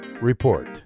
Report